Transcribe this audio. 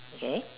okay